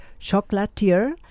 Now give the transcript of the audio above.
chocolatier